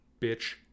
bitch